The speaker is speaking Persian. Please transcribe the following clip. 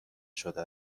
شده